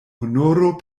honoro